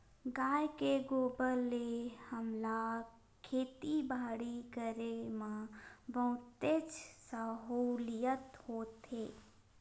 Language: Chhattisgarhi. गाय के गोबर ले हमला खेती बाड़ी करे म बहुतेच सहूलियत होथे